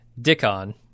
Dickon